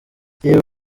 yewe